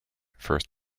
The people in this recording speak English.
first